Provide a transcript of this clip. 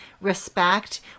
respect